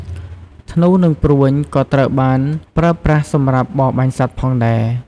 ធ្នូ និងព្រួញក៏ត្រូវបានប្រើប្រាស់សម្រាប់បរបាញ់សត្វផងដែរ។